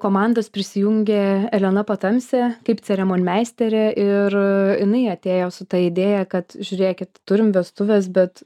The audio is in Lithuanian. komandos prisijungė elena patamsė kaip ceremonimeisterė ir jinai atėjo su ta idėja kad žiūrėkit turim vestuves bet